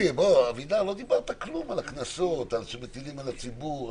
לא דיברת כלום על הקנסות שמטילים על הציבור.